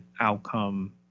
outcome